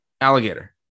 Alligator